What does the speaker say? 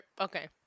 okay